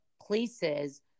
places